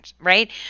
right